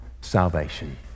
salvation